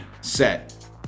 Set